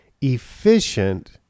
efficient